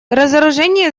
разоружение